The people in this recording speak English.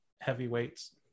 heavyweights